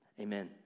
amen